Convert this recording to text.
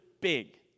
big